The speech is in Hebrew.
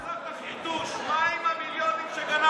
עזוב את החרטוש, מה עם המיליונים שגנבת?